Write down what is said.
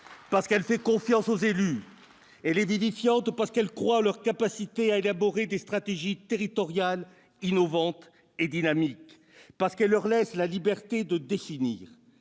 parce qu'elle fait confiance aux élus, parce qu'elle croit en leur capacité à élaborer des stratégies territoriales innovantes et dynamiques, parce qu'elle leur laisse la liberté de définir,